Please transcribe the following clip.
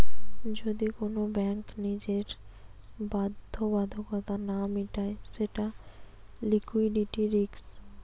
যদি কোন ব্যাঙ্ক নিজের বাধ্যবাধকতা না মিটায় সেটা লিকুইডিটি রিস্ক